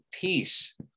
peace